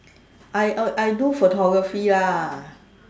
I I do photography lah